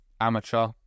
amateur